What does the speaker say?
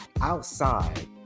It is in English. outside